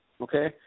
okay